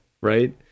right